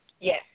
Yes